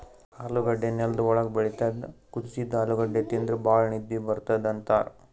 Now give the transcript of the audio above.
ಆಲೂಗಡ್ಡಿ ನೆಲ್ದ್ ಒಳ್ಗ್ ಬೆಳಿತದ್ ಕುದಸಿದ್ದ್ ಆಲೂಗಡ್ಡಿ ತಿಂದ್ರ್ ಭಾಳ್ ನಿದ್ದಿ ಬರ್ತದ್ ಅಂತಾರ್